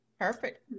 perfect